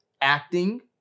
acting